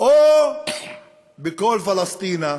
או בכל פלשתינה?